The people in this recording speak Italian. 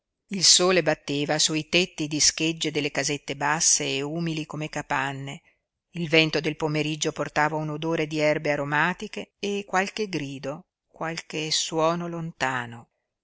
il sole batteva sui tetti di schegge delle casette basse e umili come capanne il vento del pomeriggio portava un odore di erbe aromatiche e qualche grido qualche suono lontano